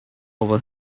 over